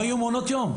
לא יהיו מעונות יום.